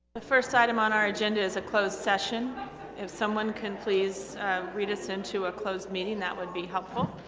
the first item on our agenda is a closed session if someone can please read us into a closed meeting that would be helpful